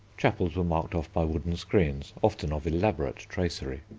chapels were marked off by wooden screens, often of elaborate tracery.